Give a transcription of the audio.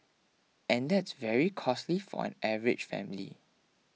and that's very costly for an average family